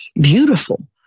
beautiful